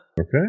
Okay